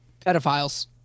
Pedophiles